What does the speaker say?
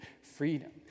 freedom